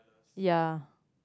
yeah